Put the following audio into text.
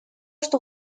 что